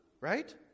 right